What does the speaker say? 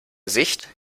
sicht